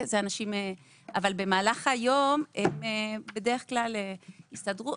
במהלך היום הם בדרך כלל יסתדרו.